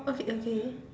okay okay